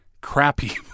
crappy